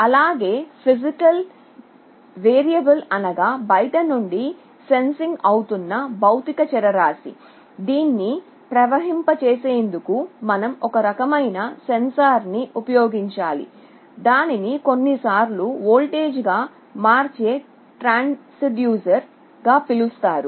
అలాగే physical variable అనగా బయటి నుండి సెన్సింగ్ అవుతున్న భౌతిక చరరాశి దీన్ని ప్రవహింప చేసేందుకు మనం ఒక రకమైన సెన్సార్ని ఉపయోగించాలి దానిని కొన్నిసార్లు వోల్టేజ్గా మార్చే ట్రాన్స్డ్యూసర్గా పిలుస్తారు